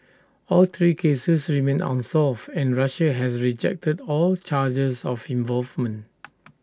all three cases remain unsolved and Russia has rejected all charges of involvement